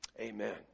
Amen